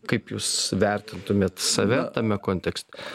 kaip jūs vertintumėt save tame kontekste